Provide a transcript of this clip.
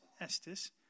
Estes